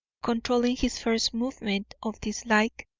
controlling his first movement of dislike,